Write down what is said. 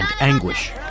anguish